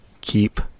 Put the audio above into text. Keep